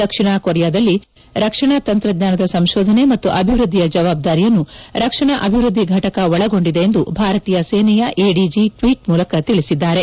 ದಕ್ಷಿಣ ಕೊರಿಯಾದಲ್ಲಿ ರಕ್ಷಣಾ ತಂತ್ರಜ್ಞಾನದ ಸಂತೋಧನೆ ಮತ್ತು ಅಭಿವೃದ್ದಿಯ ಜವಾಬ್ದಾರಿಯನ್ನು ರಕ್ಷಣಾ ಅಭಿವೃದ್ದಿ ಘಟಕ ಒಳಗೊಂಡಿದೆ ಎಂದು ಭಾರತೀಯ ಸೇನೆಯ ಎಡಿಜಿ ಟ್ವೀಟ್ ಮೂಲಕ ತಿಳಿಸಿದ್ದಾರೆ